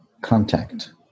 Contact